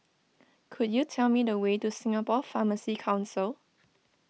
could you tell me the way to Singapore Pharmacy Council